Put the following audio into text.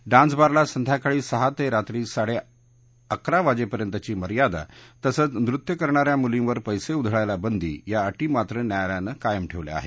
dance बारला संध्याकाळी सहा ते रात्री साडे अकरा वाजेपर्यंतची मर्यादा तसंच नृत्य करणा या मुलींवर पैसे उधळायला बंदी या अटी मात्र न्यायालयानं कायम ठेवल्या आहेत